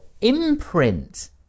imprint